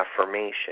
affirmation